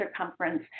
circumference